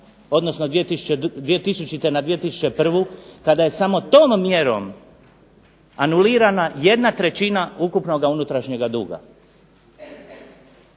odnosno 2000. na 2001. kada je samo tom mjerom anulirana 1/3 ukupnoga unutrašnjega duga.